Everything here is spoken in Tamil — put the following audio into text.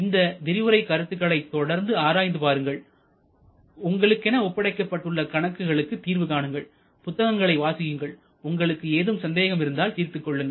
இந்த விரிவுரை கருத்துக்களை தொடர்ந்து ஆராய்ந்து பாருங்கள் உங்களுக்கென ஒப்படைக்கப்பட்டுள்ள கணக்குகளுக்கு தீர்வு காணுங்கள் புத்தகங்களை வாசியுங்கள் உங்களுக்கு ஏதும் சந்தேகம் இருந்தால் தீர்த்துக் கொள்ளுங்கள்